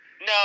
No